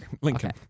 Lincoln